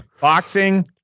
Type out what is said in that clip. Boxing